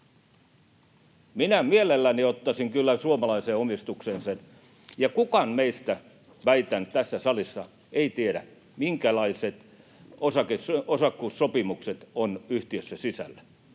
Minä mielelläni ottaisin sen kyllä suomalaiseen omistukseen. Ja kukaan meistä, väitän, tässä salissa ei tiedä, minkälaiset osakkuussopimukset ovat yhtiössä sisällä.